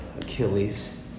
Achilles